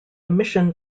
mission